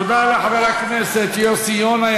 תודה לחבר הכנסת יוסי יונה.